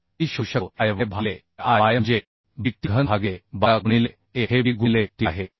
7d शोधू शकतो हे I y भागिले a I y म्हणजे b t घन भागिले 12 गुणिले a हे b गुणिले t आहे